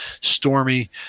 stormy